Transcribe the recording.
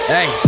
Hey